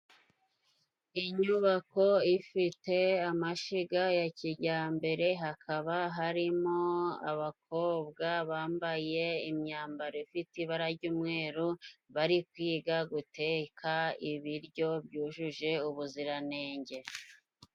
Inyubako ifite amashiga ya kijyambere hakaba harimo abakobwa bambaye imyambaro ifite ibara jy'umweru bari kwiga guteka ibiryo byujuje ubuziranenge.